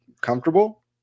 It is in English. comfortable